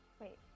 Wait